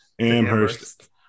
Amherst